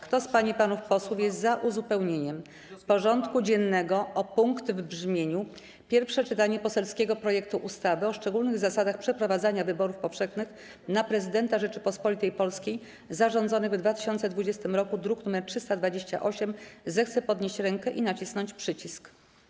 Kto z pań i panów posłów jest za uzupełnieniem porządku dziennego o punkt w brzmieniu: Pierwsze czytanie poselskiego projektu ustawy o szczególnych zasadach przeprowadzania wyborów powszechnych na Prezydenta Rzeczypospolitej Polskiej zarządzonych w 2020 r., druk nr 328, zechce podnieść rękę i nacisnąć przycisk.